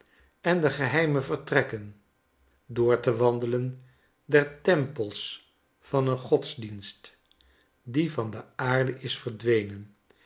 en de geheime vertrekken door te wandelen der tempels van een godsdienst die van de aarde is verdwenen